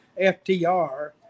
FTR